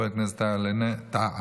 חבר הכנסת טאהא,